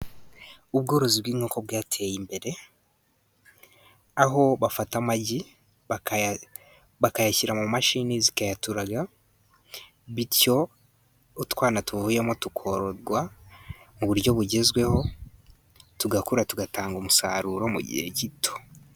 Ubworozi bw'inkoko bwateye imbere, aho bafata amagi bakayashyira mu mashini zikayaturaga, bityo utwana tuvuyemo tukororwa mu buryo bugezweho ,tugakura tugatanga umusaruro mu gihe gito.